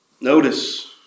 Notice